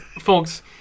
folks